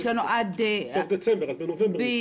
יש לנו עד סוף דצמבר, אז בנובמבר את מתכוונת.